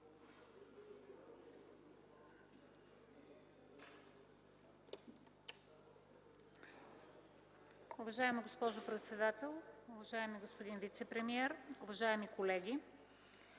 Уважаема госпожо председател, уважаеми господин вицепремиер, уважаеми колеги!